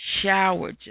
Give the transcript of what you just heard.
shower